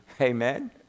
Amen